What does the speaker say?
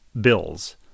bills